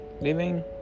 living